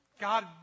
God